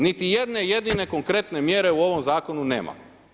Niti jedne jedine konkretne mjere u ovome zakonu nema.